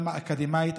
גם האקדמית.